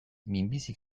minbizi